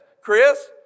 Chris